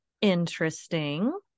Interesting